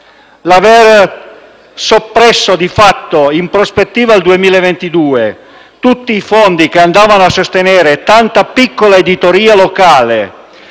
aver soppresso di fatto, in prospettiva del 2022, tutti i fondi che andavano a sostenere tanta piccola editoria locale,